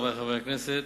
חברי חברי הכנסת,